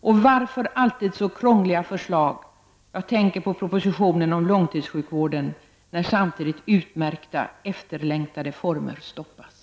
Och varför alltid så krångliga förslag? Jag tänker på propositionen om långtidssjukvården när samtidigt utmärkta och efterlängtade reformer stoppas.